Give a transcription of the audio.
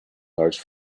large